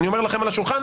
אני אומר לכם על השולחן,